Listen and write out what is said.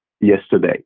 yesterday